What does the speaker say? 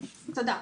תודה.